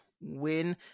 win